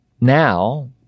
now